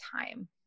time